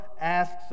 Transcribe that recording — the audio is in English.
asks